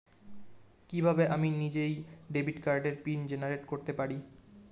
কিভাবে আমি নিজেই ডেবিট কার্ডের পিন জেনারেট করতে পারি?